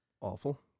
awful